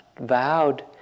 vowed